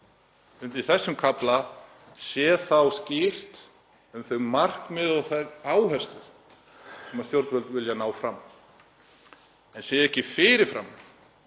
undir þessum kafla sé skýrt um þau markmið og þær áherslur sem stjórnvöld vilja ná fram en það sé ekki fyrir fram,